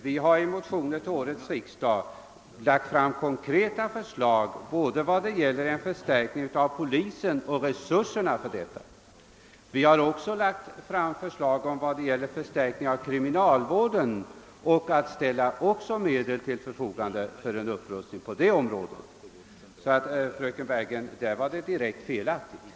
Vi har i motioner till årets riksdag lagt fram konkreta förslag vad.beträffar både en förstärkning av polisen och resurserna härför. Vi har också lagt fram förslag i fråga om förstärkning av kriminalvården och att även medel ställs till förfogande för en. upprustning på det området. Vad fröken Bergegren sade var alltså direkt felaktigt.